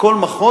בכל מחוז,